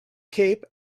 cape